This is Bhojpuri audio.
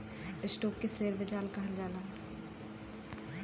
स्टोक के शेअर बाजार कहल जाला